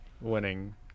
winning